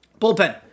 Bullpen